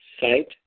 site